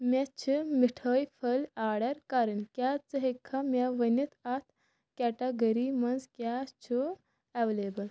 مےٚ چھ مِٹھٲۍ پھٔلۍ آرڈر کرٕنۍ، کیٛاہ ژٕ ہٮ۪کھا مےٚ ؤنِتھ اَتھ کیٹگری منٛز کیٛاہ چھ ایویلیبٕل